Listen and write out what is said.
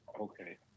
Okay